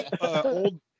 Old